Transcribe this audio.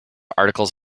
articles